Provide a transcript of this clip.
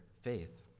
faith